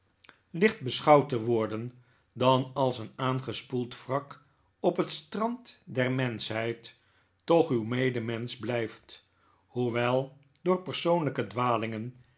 licht beschouwd te worden dan als een aangespoeld wrak op het strand der menschheid toch uw medemensch blijft hoewel door persoonlijke dwalingen